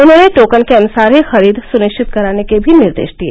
उन्होंने टोकन के अनुसार ही खरीद सुनिश्चित कराने के भी निर्देश दिए